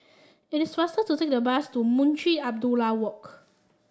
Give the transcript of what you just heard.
it is faster to take the bus to Munshi Abdullah Walk